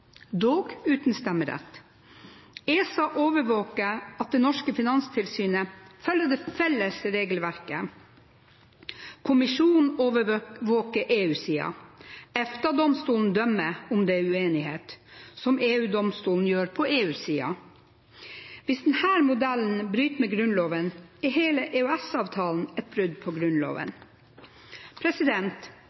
dog uten stemmerett. ESA overvåker at det norske finanstilsynet følger det felles regelverket, Kommisjonen overvåker EU-siden. EFTA-domstolen dømmer om det er uenighet, som EU-domstolen gjør på EU-siden. Hvis denne modellen bryter med Grunnloven, er hele EØS-avtalen et brudd på Grunnloven.